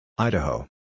Idaho